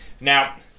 now